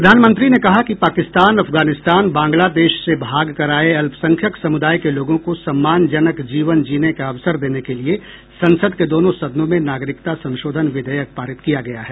प्रधानमंत्री ने कहा कि पाकिस्तान अफगानिस्तान बांग्लादेश से भाग कर आए अल्पसंख्यक समुदाय के लोगों को सम्मानजनक जीवन जीने का अवसर देने के लिए संसद के दोनों सदनों में नागरिकता संशोधन विधेयक पारित किया गया है